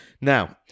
Now